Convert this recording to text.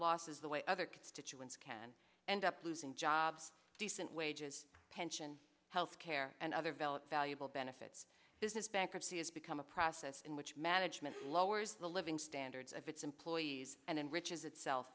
losses the way other constituents can end up losing jobs decent wages pension health care and other valid valuable benefits business bankruptcy has become a process in which management lowers the living standards of its employees and enriches itself